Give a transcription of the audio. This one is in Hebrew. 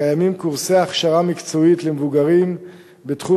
קיימים קורסי הכשרה מקצועית למבוגרים בתחום